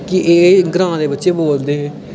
कि एह् ग्रां दे बच्चे बोलदे